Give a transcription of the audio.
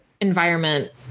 environment